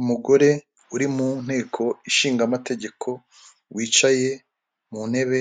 Umugore uri mu nteko ishinga amategeko wicaye mu ntebe,